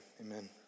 amen